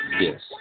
yes